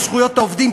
את זכויות העובדים,